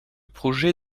projet